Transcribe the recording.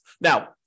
Now